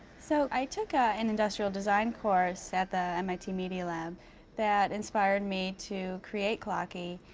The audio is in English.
so i took ah an industrial design course at the mit media lab that inspired me to create clocky,